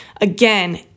again